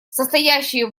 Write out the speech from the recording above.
состоящие